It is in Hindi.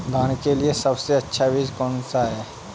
धान के लिए सबसे अच्छा बीज कौन सा है?